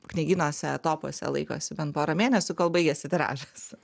knygynuose topuose laikosi bent pora mėnesių kol baigiasi tiražas